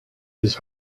his